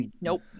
Nope